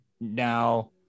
Now